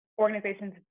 organizations